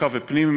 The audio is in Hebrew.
החוקה והפנים,